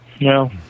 No